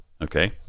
okay